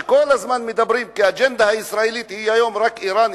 כי האג'נדה הישראלית היום היא רק אירן,